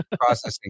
processing